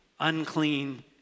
unclean